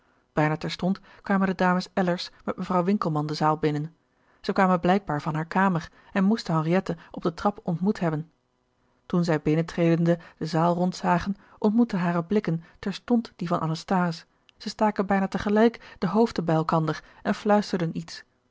terstond kwamen de dames ellers met mevrouw winkelman de zaal binnen zij kwamen blijkbaar van hare kamer en moesten henriette op de trap ontmoet hebben toen zij binnentredende de zaal rondzagen ontmoetten hare blikken terstond die van anasthase zij staken bijna te gelijk de hoofden bij elkander en fluisterden iets